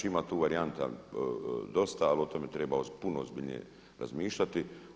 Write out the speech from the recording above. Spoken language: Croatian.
Ima tu varijanta dosta, ali o tome treba puno ozbiljnije razmišljati.